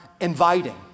inviting